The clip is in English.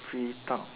free talk